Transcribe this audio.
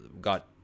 got